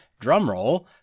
drumroll